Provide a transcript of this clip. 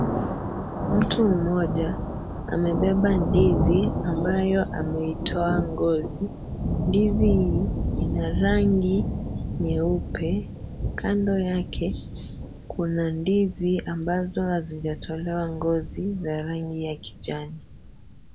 Mtu mmoja, amebeba ndizi ambayo ameitoa ngozi. Ndizi hii, ina rangi nyeupe. Kando yake, kuna ndizi ambazo hazijatolewa ngozi za rangi ya kijani.